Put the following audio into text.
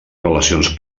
relacions